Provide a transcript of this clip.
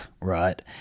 right